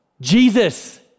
Jesus